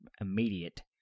immediate